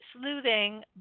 sleuthing